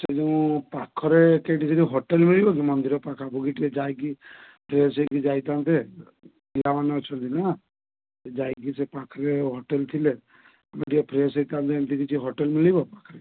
ସେଠି ମୁଁ ପାଖରେ ସେଠି କିଛି ହୋଟେଲ ମିଳିବ କି ମନ୍ଦିର ପାଖାପାଖି ଟିକିଏ ଯାଇକି ଫ୍ରେଶ୍ ହେଇକି ଯାଇଥାନ୍ତେ ପିଲାମାନେ ଅଛନ୍ତି ନା ସେଠି ଯାଇକି ସେ ପାଖରେ ହୋଟେଲ ଥିଲେ ଆମେ ଟିକିଏ ଫ୍ରେଶ୍ ହେଇଥାନ୍ତେ ଏମିତି କିଛି ହୋଟେଲ୍ ମିଳିବ ପାଖରେ